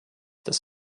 das